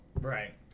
Right